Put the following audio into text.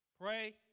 pray